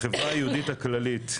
בחברה היהודית הכללית,